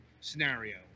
scenario